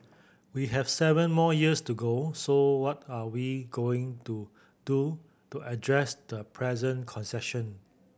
we have seven more years to go so what are we going to do to address the present concession